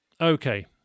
Okay